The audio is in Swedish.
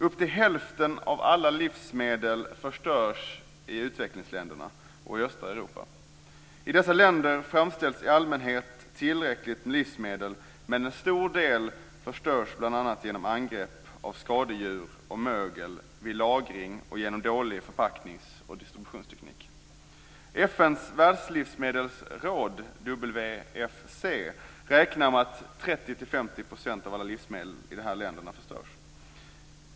Upp till hälften av alla livsmedel förstörs i utvecklingsländerna och i östra Europa. I dessa länder framställs i allmänhet tillräckligt med livsmedel, men en stor del förstörs bl.a. genom angrepp av skadedjur och mögel vid lagring och genom dålig förpacknings och distributionsteknik. FN:s världslivsmedelsråd, WFC, räknar med att 30-50 % av alla livsmedel i de här länderna förstörs.